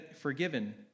forgiven